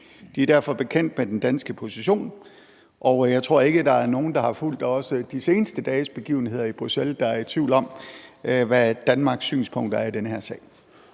De er derfor bekendt med den danske position, og jeg tror ikke, der er nogen, der har fulgt de seneste dages begivenheder i Bruxelles, der er i tvivl om, hvad Danmarks synspunkter er i den her sag.